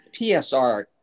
PSR